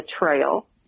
betrayal